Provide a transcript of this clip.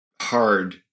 hard